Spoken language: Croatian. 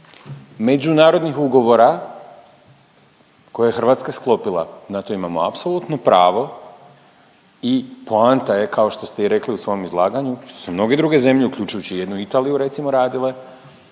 međunarodnih ugovora koje je Hrvatska sklopila. Dakle imamo apsolutno pravo i poanta je, kao što ste i rekli u svom izlaganju, što su mnoge druge zemlje, uključujući jednu Italiju, recimo, radile,